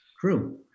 True